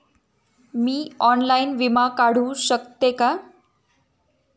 मी online विमा काढू शकते का?